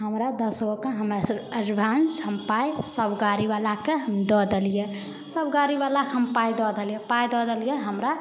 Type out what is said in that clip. हमरा दसगोके हमरा सँ एडवांस हम पाइ सभ गाड़ी बलाके हम दऽ देलियै सभ गाड़ी बला हम पाइ दऽ देलियै पाइ दऽ देलियै हमरा